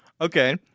Okay